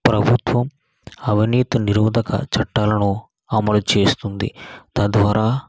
ప్రభుత్వం అవినీతి నిరోధక చట్టాలను అమలు చేస్తుంది తద్వారా